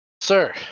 Sir